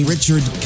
Richard